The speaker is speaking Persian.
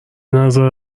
نظر